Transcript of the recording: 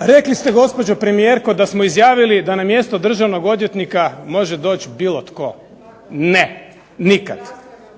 Rekli ste gospođo premijerko da smo izjavili da na mjesto državnog odvjetnika može doći bilo tko. Ne, nikad!